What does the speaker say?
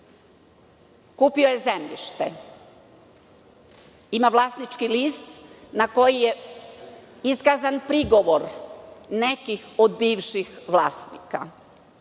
kupio je zemljište, ima vlasnički list na koji je iskazan prigovor nekih od bivših vlasnika.